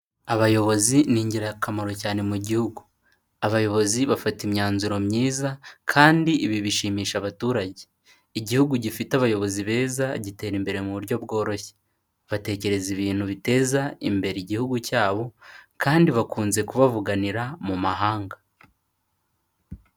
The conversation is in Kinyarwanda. Abayobozi ni ingirakamaro cyane mu gihugu. Abayobozi bafata imyanzuro myiza kandi ibi bishimisha abaturage. Igihugu gifite abayobozi beza, gitera imbere mu buryo bworoshye, batekereza ibintu biteza imbere igihugu cyabo kandi bakunze kubavuganira mu mahanga.